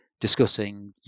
discussing